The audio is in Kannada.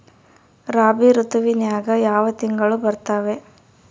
ರಾಬಿ ಋತುವಿನ್ಯಾಗ ಯಾವ ತಿಂಗಳು ಬರ್ತಾವೆ?